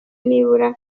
n’ibura